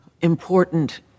important